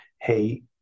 hey